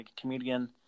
comedian